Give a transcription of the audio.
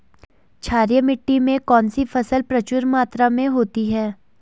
क्षारीय मिट्टी में कौन सी फसल प्रचुर मात्रा में होती है?